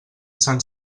sant